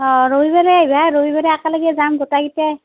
অঁ ৰবিবাৰে আহিবা ৰবিবাৰে একেলগে যাম গোটাইকেইটাই